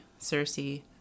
Cersei